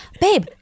babe